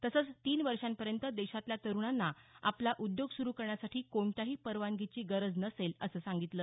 तसंच तीन वर्षांपर्यंत देशातल्या तरूणांना आपला उद्योग सुरू करण्यासाठी कोणत्याही परवानगीची गरज नसेल असं सांगितलं